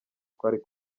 twari